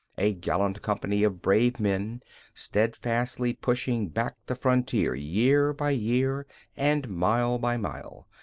a gallant company of brave men steadfastly pushing back the frontier year by year and mile by mile,